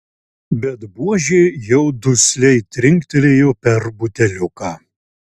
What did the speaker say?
bet buožė jau dusliai trinktelėjo per buteliuką